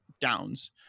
downs